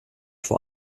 vor